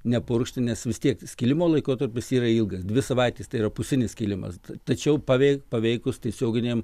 nepurkšti nes vis tiek skilimo laikotarpis yra ilgas dvi savaites tai yra pusinis skilimas tačiau paveik paveikus tiesioginiam